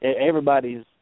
everybody's